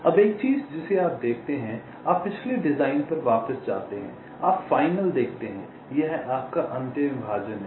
अब एक चीज जिसे आप देखते हैं आप पिछले डिजाइन पर वापस जाते हैं आप फाइनल देखते हैं यह आपका अंतिम विभाजन है